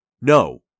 No